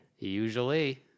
Usually